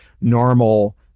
normal